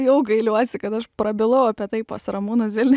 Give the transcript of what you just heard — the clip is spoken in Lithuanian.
jau gailiuosi kad aš prabilau apie tai pas ramūną zilnį